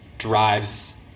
drives